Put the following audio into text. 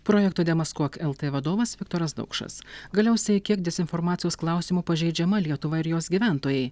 projekto demaskuok lt vadovas viktoras daukšas galiausiai kiek dezinformacijos klausimu pažeidžiama lietuva ir jos gyventojai